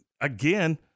again